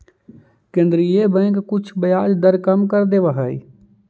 केन्द्रीय बैंक कुछ ब्याज दर कम कर देवऽ हइ